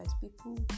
people